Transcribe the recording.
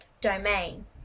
domain